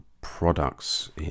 Products